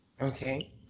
okay